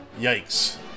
yikes